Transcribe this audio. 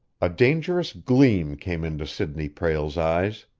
a dangerous gleam came into sidney prale's eyes.